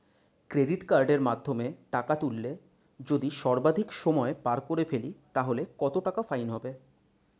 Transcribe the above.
Credit কার্ডের মাধ্যমে টাকা তুললে যদি সর্বাধিক সময় পার করে ফেলি তাহলে কত টাকা ফাইন হবে?